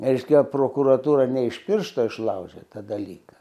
reiškia prokuratūra ne iš piršto išlaužė tą dalyką